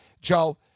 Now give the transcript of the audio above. Joe